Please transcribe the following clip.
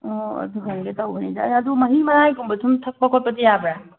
ꯑꯥꯎ ꯑꯗꯨ ꯍꯪꯒꯦ ꯇꯧꯕꯅꯤꯗ ꯑꯗꯨ ꯃꯍꯤ ꯃꯅꯥꯏꯒꯨꯝꯕ ꯁꯨꯝ ꯊꯛꯄ ꯈꯣꯠꯄꯗꯤ ꯌꯥꯕ꯭ꯔꯥ